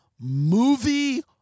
movie